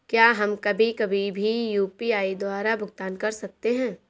क्या हम कभी कभी भी यू.पी.आई द्वारा भुगतान कर सकते हैं?